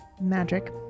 magic